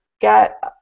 get